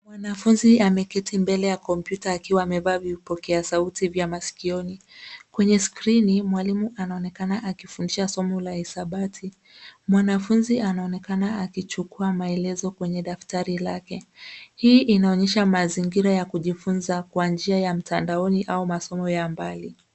Mwanafunzi ameketi mbele ya kompyuta akiwa amevaa vipokea sauti vya masikioni. Kwenye skrini, mwalimu anaonekana akifundisha somo la hisabati. Mwanafunzi anaonekana akichukua maelezo kwenye daftari lake. Hii inaonyesha mazingira ya kujifunza kwa njia ya mtandaoni au masomo ya mbali.